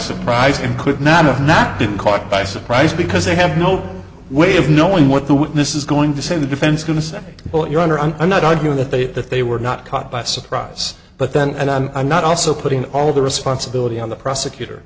surprise and could not have not been caught by surprise because they have no way of knowing what the witness is going to say the defense going to say well your honor i'm not arguing that they that they were not caught by surprise but then and i'm not also putting all the responsibility on the prosecutor